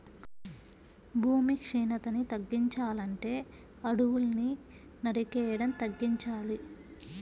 భూమి క్షీణతని తగ్గించాలంటే అడువుల్ని నరికేయడం తగ్గించాలి